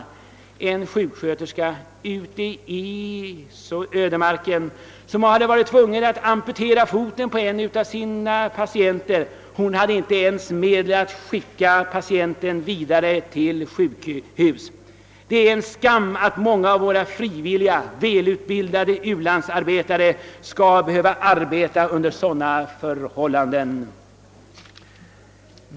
Jag träffade också en sjuksköterska ute i ödemarken, som varit tvungen att amputera foten på en av sina patienter och som saknade medel för att skicka den sjuke vidare till sjukhus. Det är en skam att många av våra frivilliga, välutbildade u-landsarbetare skall behöva arbeta under sådana förhållanden!